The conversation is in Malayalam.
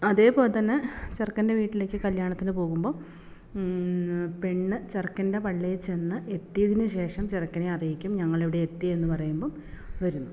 അതേപോലെ തന്നെ ചെറുക്കൻ്റെ വീട്ടിലേക്ക് കല്യാണത്തിന് പോകുമ്പോൾ പെണ്ണ് ചെറുക്കൻ്റെ പള്ളിയിൽ ചെന്ന് എത്തിയതിന് ശേഷം ചെറുക്കനെ അറിയിക്കും ഞങ്ങൾ ഇവിടെ എത്തി എന്ന് പറയുമ്പോൾ വരും